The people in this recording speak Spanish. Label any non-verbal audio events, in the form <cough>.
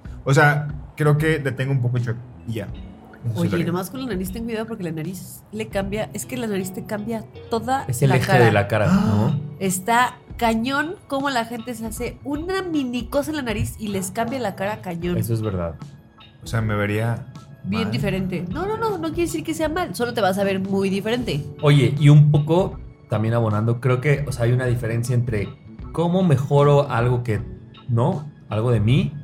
O sea, creo que le tengo un poco de shock y ya. Entonces, Oye, lo y haría. nomás con la nariz ten cuidado, porque la nariz le cambia- es que la nariz te cambia toda Es el la eje cara. de la cara, ¿no? <gasps> Está cañón cómo la gente se hace una mini cosa en la nariz y les cambia la cara cañón. Eso es verdad. O sea, me vería Bien mal. diferente. No, no, no, no quiere decir que sea mal, solo te vas a ver muy diferente. Oye, y un poco también abonando, creo que, o sea, hay una diferencia entre cómo mejoro algo que- no, algo de mí,